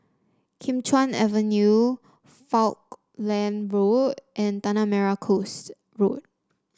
Kim Chuan Avenue Falkland Road and Tanah Merah Coast Road